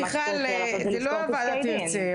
זה לא הוועדה תרצה,